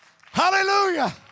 Hallelujah